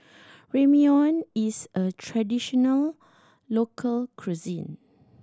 Ramyeon is a traditional local cuisine